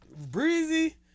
Breezy